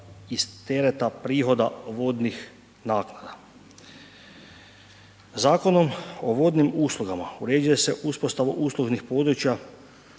iz tereta prihoda vodnih naknada. Zakonom o vodnim uslugama uređuje se uspostava uslužnih područja